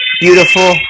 beautiful